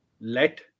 Let